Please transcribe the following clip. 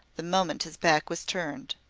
the moment his back was turned.